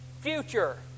future